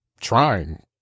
trying